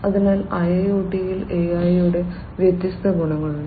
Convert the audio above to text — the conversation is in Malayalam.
അതിനാൽ IIoT യിൽ AI യുടെ വ്യത്യസ്ത ഗുണങ്ങളുണ്ട്